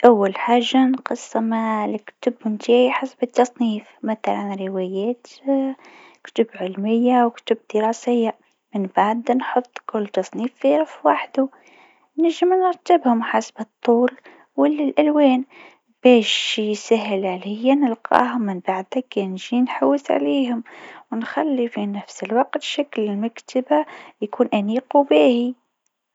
باش تنظم عدد كبير من الكتب، أول حاجة قسمهم حسب النوع: روايات، تاريخ، علمي، وغيره. بعدين، رتبهم على الرفوف حسب الحجم أو الترتيب الأبجدي. إذا عندك مكان صغير، استعمل صناديق أو أرفف إضافية. وتقدر تحط الكتب اللي تستعملهم برشة في الأماكن الأقرب ليك. أهم حاجة يكون عندك نظام واضح!